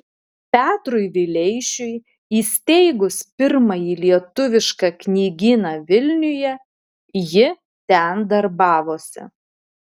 petrui vileišiui įsteigus pirmąjį lietuvišką knygyną vilniuje ji ten darbavosi